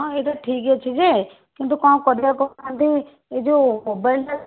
ହଁ ଏଇଟା ଠିକ୍ ଅଛି ଯେ କିନ୍ତୁ କ'ଣ କରିବା କହୁ ନାହାନ୍ତି ଏଇ ଯୋଉ ମୋବାଇଲ୍ ଟା